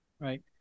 right